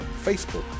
Facebook